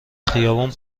خیابون